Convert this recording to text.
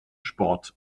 sport